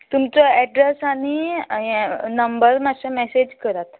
तुमचो एड्रेस आनी हे नंबर मातशें मॅसेज करात